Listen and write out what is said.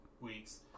weeks